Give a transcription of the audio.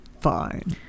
fine